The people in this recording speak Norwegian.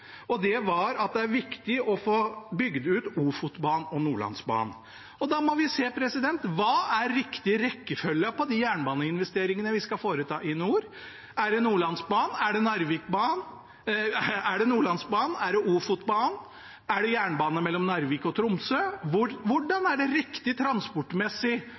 og det var at det er viktig å få bygd ut Ofotbanen og Nordlandsbanen. Da må vi se på: Hva er riktig rekkefølge på de jernbaneinvesteringene vi skal foreta i nord? Er det Nordlandsbanen? Er det Ofotbanen? Er det jernbane mellom Narvik og Tromsø? Hvordan er det riktig transportmessig å foreta de prioriteringene? Det gjør vi i Nasjonal transportplan, og